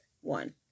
one